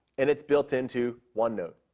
and it's built into onenote.